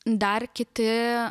dar kiti